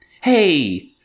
Hey